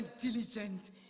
diligent